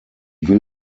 will